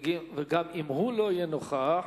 ואם גם הוא לא יהיה נוכח,